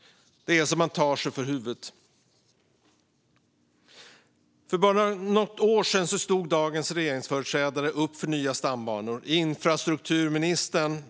Det är så att man tar sig för pannan. För bara något år sedan stod dagens regeringsföreträdare upp för nya stambanor.